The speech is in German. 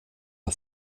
der